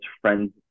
friends